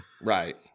right